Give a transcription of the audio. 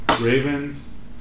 Ravens